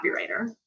copywriter